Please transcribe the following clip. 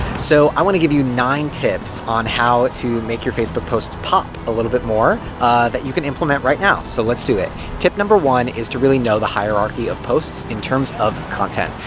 so, i wanna give you nine tips on how to make your facebook posts pop a little bit more that you can implement right now. so, let's do it. tip number one is to really know the hierarchy of posts, in terms of content.